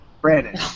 Brandon